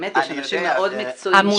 באמת יש שם אנשים מאוד מקצועיים.